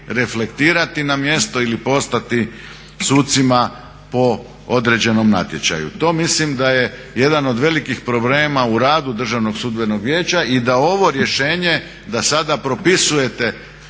reflektirati na mjesto ili postati sucima po određenom natječaju. To mislim da je jedan od velikih problema u radu Državnog sudbenog vijeća i da ovo rješenje da sada propisujete